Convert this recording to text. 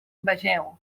vegeu